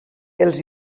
els